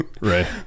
right